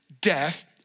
death